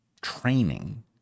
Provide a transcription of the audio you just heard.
training